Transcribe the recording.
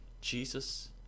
Jesus